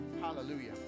Hallelujah